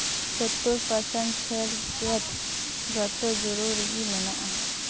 ᱥᱳᱛᱛᱚᱨ percent ᱪᱷᱟᱹᱲ ᱪᱮᱫ ᱡᱚᱛᱚ ᱡᱩᱲᱩ ᱨᱮᱜᱮ ᱢᱮᱱᱟᱜᱼᱟ